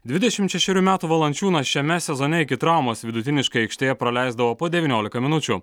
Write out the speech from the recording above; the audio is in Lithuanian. dvidešimt šešerių metų valančiūnas šiame sezone iki traumos vidutiniškai aikštėje praleisdavo po devyniolika minučių